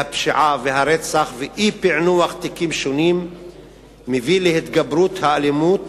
הפשיעה והרצח ואי-פענוח תיקים שונים מביאים להתגברות האלימות